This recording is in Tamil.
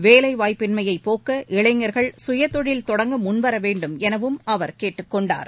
வேலைவாய்ப்பின்மைய போக்க இளைஞர்கள் சுயதொழில் தொடங்க முன்வர வேண்டும் எனவும் அவர் கேட்டுக்கொண்டார்